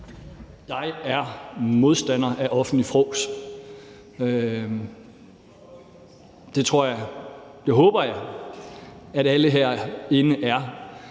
Jeg er modstander af offentligt frås. Det tror og håber jeg alle herinde er.